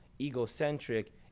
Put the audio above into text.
egocentric